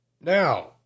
now